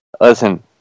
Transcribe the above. listen